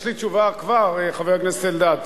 יש לי תשובה כבר, חבר הכנסת אלדד.